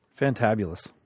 Fantabulous